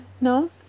No